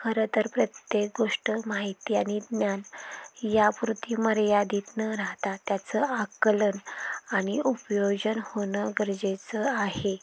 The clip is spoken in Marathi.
खरं तर प्रत्येक गोष्ट माहिती आणि ज्ञान यापुरती मर्यादित न राहता त्याचं आकलन आणि उपयोजन होणं गरजेचं आहे